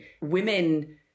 women